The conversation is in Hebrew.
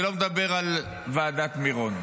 אני לא מדבר על ועדת מירון.